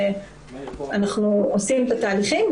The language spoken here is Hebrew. אנחנו עושים את התהליכים.